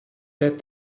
that